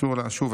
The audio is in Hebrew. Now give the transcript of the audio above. שוב,